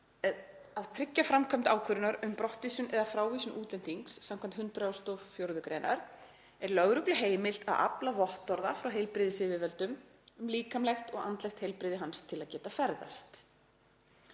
að tryggja framkvæmd ákvörðunar um brottvísun eða frávísun útlendings skv. 104. gr. er lögreglu heimilt að afla vottorða frá heilbrigðisyfirvöldum um líkamlegt og andlegt heilbrigði hans til að geta ferðast.“